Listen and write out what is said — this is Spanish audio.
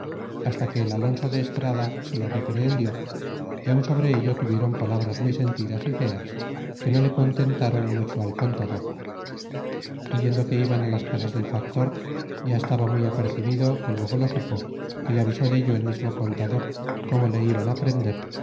hasta que el alonso de estrada se lo re prehendi y aun sobre ello tuvieron palabras muy sentidas y feas que no le contentron mucho al contador é yendo que iban las casas del factor ya estaba muy apercebido que luego lo supo que le avisó dello el mismo contador como le iban prender